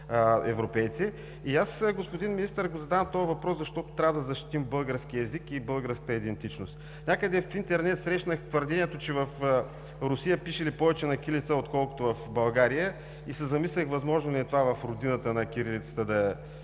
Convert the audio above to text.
го задавам този въпрос, защото трябва да защитим българския език и българската идентичност. Някъде в интернет срещнах твърдението, че в Русия пишели повече на кирилица, отколкото в България, и се замислих, възможно ли е това в родината на кирилицата –